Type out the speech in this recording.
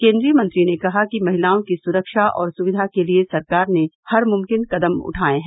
केन्द्रीय मंत्री ने कहा कि महिलाओं की सुरक्षा और सुविधा के लिए सरकार ने हर मुनकिन कदम उठाये हैं